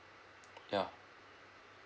ya